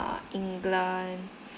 err england